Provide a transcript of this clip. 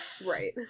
Right